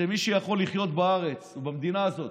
שמי שיכול לחיות בארץ או במדינה הזאת